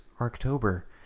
October